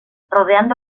rodeando